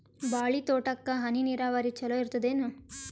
ಬಾಳಿ ತೋಟಕ್ಕ ಹನಿ ನೀರಾವರಿ ಚಲೋ ಇರತದೇನು?